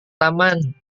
taman